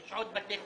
יש עוד בתי חולים.